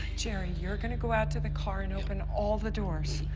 jerry you're going to go out to the car and open all the doors.